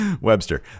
Webster